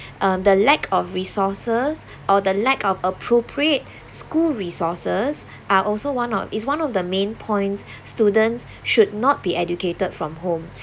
um the lack of resources or the lack of appropriate school resources are also one of is one of the main points students should not be educated from home